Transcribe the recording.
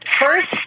First